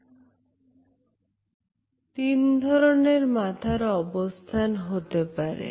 তার মতে তিন ধরনের মাথার অবস্থান হতে পারে